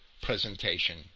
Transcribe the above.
presentation